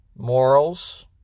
Morals